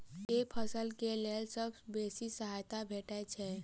केँ फसल केँ लेल सबसँ बेसी सहायता भेटय छै?